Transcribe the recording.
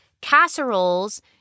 casseroles